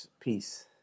Peace